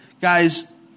Guys